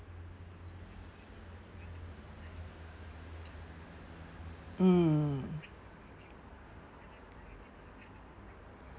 mm